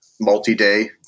multi-day